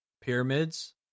pyramids